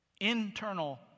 Internal